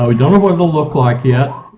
um don't know what it will look like yet,